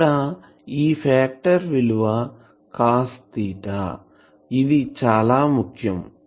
ఇక్కడ ఈ ఫాక్టర్ విలువ కాస్ ఇది చాలా ముఖ్యం